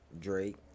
Drake